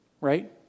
right